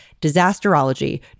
Disasterology